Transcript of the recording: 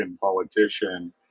politician